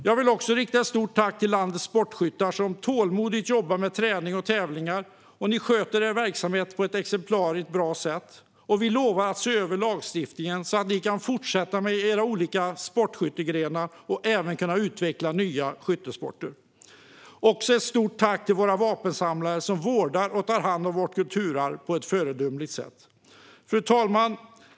Jag vill också rikta ett stort tack till landets sportskyttar, som tålmodigt jobbar på med träning och tävlingar. De sköter sin verksamhet på ett exemplariskt bra sätt. Vi lovar att se över lagstiftningen så att de kan fortsätta med sina olika sportskyttegrenar och även kunna utveckla nya skyttesporter. Jag vill dessutom rikta ett stort tack också till våra vapensamlare, som vårdar och tar hand om vårt kulturarv på ett föredömligt sätt. Fru talman!